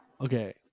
okay